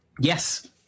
Yes